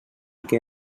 que